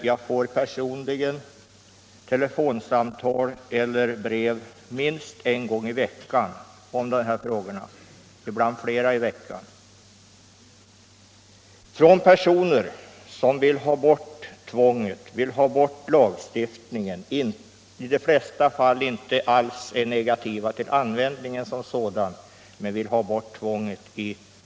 Jag får emellertid i genomsnitt minst en gång i veckan telefonsamtal eller brev om dessa saker från personer som vill ha bort lagstiftningen. De är i de flesta fall i och för sig inte emot användningen av bilbälte, men de vill ha bort tvånget.